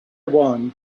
one